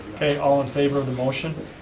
okay, all in favor of the motion?